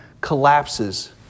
collapses